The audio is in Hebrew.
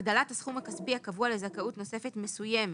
הגדלת הסכום הכספי הקבוע לזכאות נוספת מסוימת